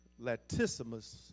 Latissimus